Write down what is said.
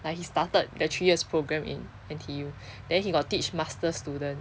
like he started the three years programme in N_T_U then he got teach master student